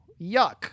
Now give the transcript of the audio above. yuck